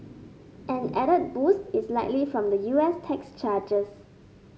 an added boost is likely from the U S tax changes